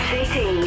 City